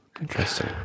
Interesting